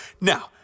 Now